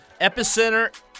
epicenter